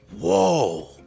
whoa